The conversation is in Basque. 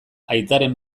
aitaren